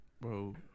Bro